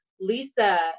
Lisa